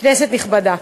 כנסת נכבדה,